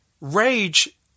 rage